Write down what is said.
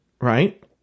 Right